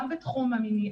גם בתחום המיני,